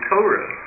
Torah